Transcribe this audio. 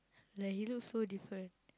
like he look so different